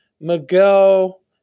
Miguel